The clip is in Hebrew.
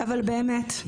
אבל באמת,